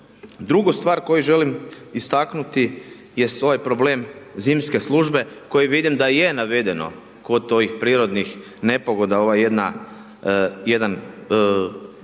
Drugu stvar koju želim istaknuti jest ovaj problem zimske službe koji vidim da je navedeno kod ovih prirodnih nepogoda, ova jedan